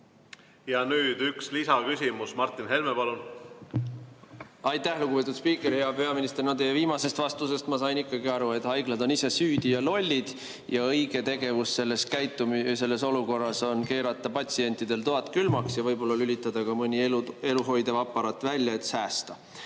Ja nüüd üks lisaküsimus. Martin Helme, palun! Aitäh, lugupeetud spiiker! Hea peaminister! No teie viimasest vastusest ma sain ikkagi aru, et haiglad on ise süüdi ja lollid ja et õige tegevus selles olukorras on keerata patsientidel toad külmaks ja võib-olla lülitada ka mõni eluhoidev aparaat välja, et säästa. Aga